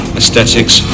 aesthetics